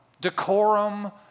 Decorum